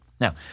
Now